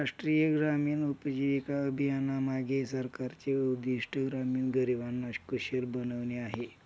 राष्ट्रीय ग्रामीण उपजीविका अभियानामागे सरकारचे उद्दिष्ट ग्रामीण गरिबांना कुशल बनवणे आहे